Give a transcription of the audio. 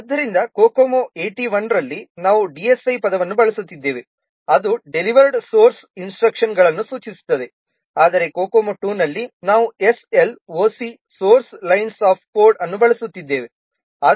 ಆದ್ದರಿಂದ COCOMO 81 ರಲ್ಲಿ ನಾವು DSI ಪದವನ್ನು ಬಳಸುತ್ತಿದ್ದೇವೆ ಅದು ಡೆಲಿವರ್ಡ್ ಸೋರ್ಸ್ ಇನ್ಸ್ಟ್ರಕ್ಷನ್ಗಳನ್ನು ಸೂಚಿಸುತ್ತದೆ ಆದರೆ COCOMO II ನಲ್ಲಿ ನಾವು SLOC source lines of code ಅನ್ನು ಬಳಸುತ್ತಿದ್ದೇವೆ